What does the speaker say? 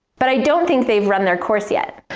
but i don't think they've run their course yet.